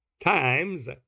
times